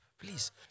please